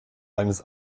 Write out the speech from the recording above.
eines